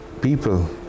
people